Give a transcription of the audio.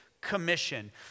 commission